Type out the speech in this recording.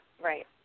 Right